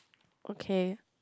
okay